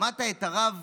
שמעת את הרב